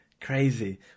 Crazy